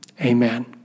Amen